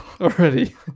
already